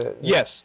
Yes